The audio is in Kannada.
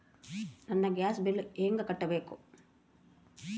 ನನ್ನ ಗ್ಯಾಸ್ ಬಿಲ್ಲು ಹೆಂಗ ಕಟ್ಟಬೇಕು?